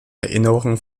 erinnerung